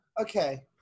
Okay